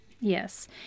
Yes